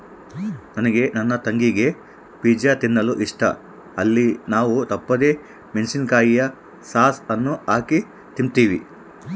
ನನಗೆ ನನ್ನ ತಂಗಿಗೆ ಪಿಜ್ಜಾ ತಿನ್ನಲು ಇಷ್ಟ, ಅಲ್ಲಿ ನಾವು ತಪ್ಪದೆ ಮೆಣಿಸಿನಕಾಯಿಯ ಸಾಸ್ ಅನ್ನು ಹಾಕಿ ತಿಂಬ್ತೀವಿ